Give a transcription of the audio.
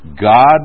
God